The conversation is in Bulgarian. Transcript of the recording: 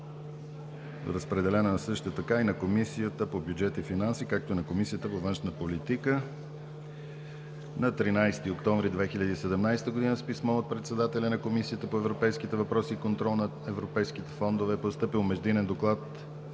Разпределена е също така и на Комисията по бюджет и финанси, както и на Комисията по външна политика. На 13 октомври 2017 г., с писмо от председателя на Комисията по европейските въпроси и контрол над европейските фондове е постъпил Междинен доклад